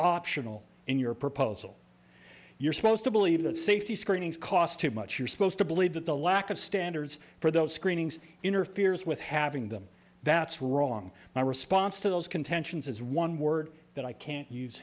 optional in your proposal you're supposed to believe that safety screenings cost too much you're supposed to believe that the lack of standards for those screenings interferes with having them that's wrong my response to those contentions is one word that i can use